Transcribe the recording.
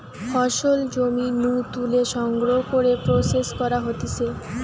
ফসল জমি নু তুলে সংগ্রহ করে প্রসেস করা হতিছে